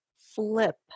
flip